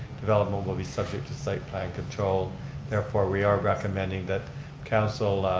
development will be subject to site plan control therefore we are recommending that council